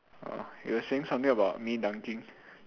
err you were saying something about me dunking